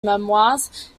memoirs